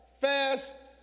fast